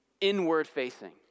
inward-facing